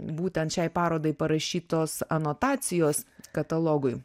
būtent šiai parodai parašytos anotacijos katalogui